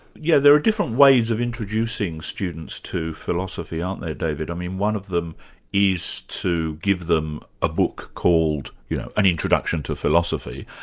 yeah there are different ways of introducing students to philosophy, aren't there david? i mean one of them is to give them a book called, you know, an introduction to philosophy,